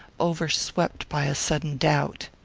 overswept by a sudden doubt.